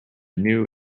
new